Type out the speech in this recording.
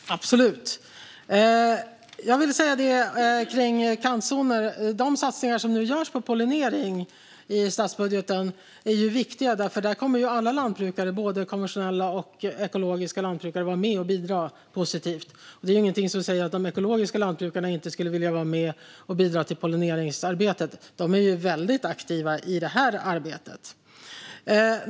Fru talman! Det gör jag absolut. När det gäller kantzoner är de satsningar på pollinering som nu görs i statsbudgeten viktiga eftersom alla lantbrukare, både konventionella och ekologiska, kommer att vara med och bidra på ett positivt sätt där. Det är inget som säger att de ekologiska lantbrukarna inte skulle vilja vara med och bidra till pollineringsarbetet. De är väldigt aktiva i det arbetet.